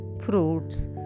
fruits